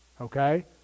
okay